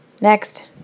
Next